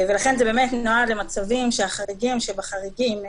לכן זה באמת נועד למצבים חריגים שבחריגים.